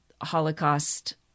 Holocaust